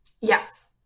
Yes